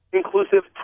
inclusive